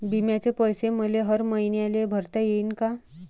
बिम्याचे पैसे मले हर मईन्याले भरता येईन का?